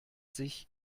sich